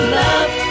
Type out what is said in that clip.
love